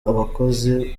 abakozi